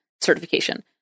certification